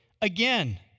Again